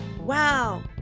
wow